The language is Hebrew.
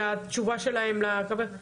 התשובה של הרשויות.